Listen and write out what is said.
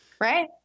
Right